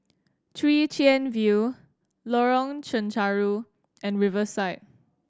Chwee Chian View Lorong Chencharu and Riverside